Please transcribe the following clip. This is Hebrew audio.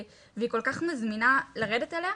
והיא כול כך מזמינה לרדת אליה,